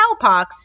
cowpox